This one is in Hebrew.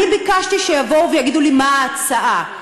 ביקשתי שיבואו ויגידו לי מה ההצעה,